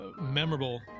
memorable